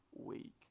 week